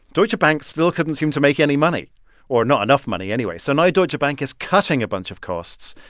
deutsche bank still couldn't seem to make any money or not enough money, anyway. so now deutsche bank is cutting a bunch of costs,